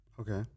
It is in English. Okay